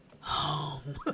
home